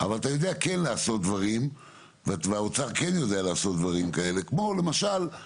אבל אתה יודע כן לעשות דברים והאוצר כן יודע לעשות דברים כאלה כמו למשל,